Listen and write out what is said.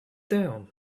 down